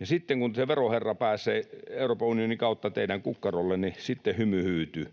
Ja kun se veroherra pääsee Euroopan unionin kautta teidän kukkarollenne, niin sitten hymy hyytyy.